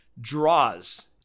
Draws